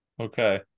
Okay